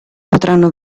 potranno